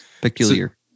Peculiar